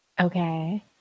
Okay